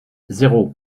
zéro